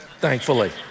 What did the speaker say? thankfully